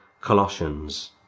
Colossians